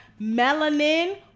melanin